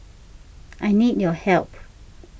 I need your help